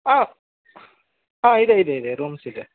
ಆಂ ಹಾಂ ಇದೆ ಇದೆ ಇದೆ ರೂಮ್ಸಿದೆ